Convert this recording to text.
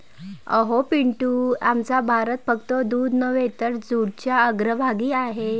अहो पिंटू, आमचा भारत फक्त दूध नव्हे तर जूटच्या अग्रभागी आहे